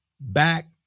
back